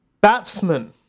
Batsman